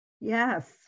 Yes